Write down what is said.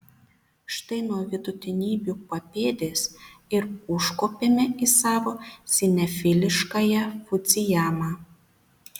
štai nuo vidutinybių papėdės ir užkopėme į savo sinefiliškąją fudzijamą